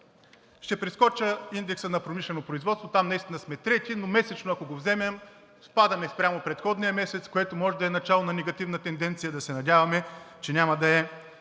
Ще прескоча индекса на промишлено производство. Там наистина сме трети, но месечно, ако го вземем, спадаме спрямо предходния месец, което може да е начало на негативна тенденция, но да се надяваме, че няма да е